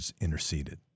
interceded